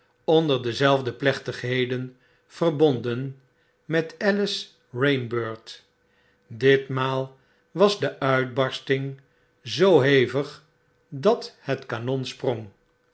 onder dezelfde f lechtigheden verbonden met alice rainbird ditmaal was de uitbarsting zoo hevig dat het